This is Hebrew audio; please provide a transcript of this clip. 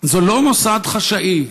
זה לא מוסד חשאי,